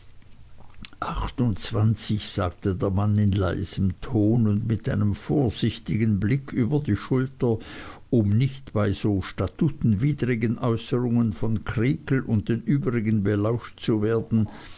achtundzwanzig sagte der mann in leisem ton und mit einem vorsichtigen blick über die schulter um nicht bei so statutenwidrigen äußerungen von creakle und den übrigen belauscht zu werden